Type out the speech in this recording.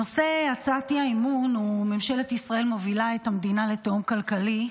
נושא הצעת האי-אמון הוא: ממשלת ישראל מובילה את המדינה לתהום כלכלי.